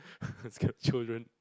this kind of children